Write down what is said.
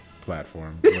platform